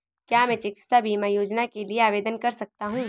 क्या मैं चिकित्सा बीमा योजना के लिए आवेदन कर सकता हूँ?